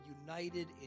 united